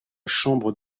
chambre